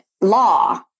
law